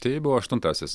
tai buvo aštuntasis